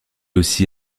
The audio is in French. aussi